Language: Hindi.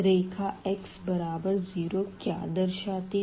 रेखा x बराबर 0 क्या दर्शाती है